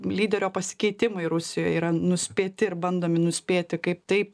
lyderio pasikeitimai rusijoj yra nuspėti ir bandomi nuspėti kaip tai